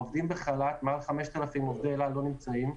העובדים בחל"ת, מעל 5,000 עובדי אל על לא נמצאים.